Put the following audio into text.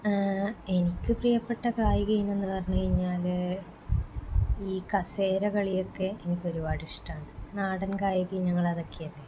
എനിക്ക് പ്രിയപ്പെട്ട കായിക ഇനം എന്നു പറഞ്ഞു കഴിഞ്ഞാൽ ഈ കസേരകളിയൊക്കെ എനിക്ക് ഒരുപാട് ഇഷ്ടമാണ് നാടൻ കായിക ഇനങ്ങൾ അതൊക്കെ അല്ലേ